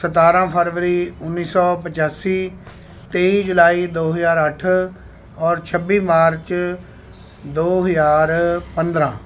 ਸਤਾਰ੍ਹਾਂ ਫਰਵਰੀ ਉੱਨੀ ਸੌ ਪਚਾਸੀ ਤੇਈ ਜੁਲਾਈ ਦੋ ਹਜ਼ਾਰ ਅੱਠ ਔਰ ਛੱਬੀ ਮਾਰਚ ਦੋ ਹਜ਼ਾਰ ਪੰਦਰ੍ਹਾਂ